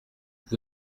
vous